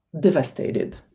devastated